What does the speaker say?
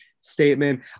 statement